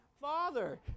father